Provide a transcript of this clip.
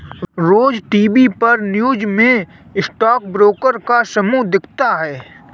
रोज TV पर news में stock broker का समूह दिखता है